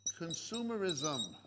consumerism